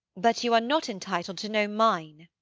but you are not entitled to know mine.